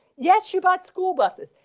yes, you, about school buses.